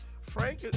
Frank